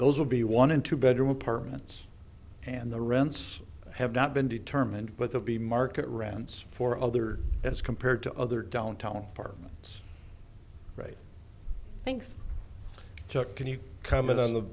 those will be one and two bedroom apartments and the rents have not been determined but they'll be market rents for other as compared to other downtown apartments right thanks chuck can you come out of the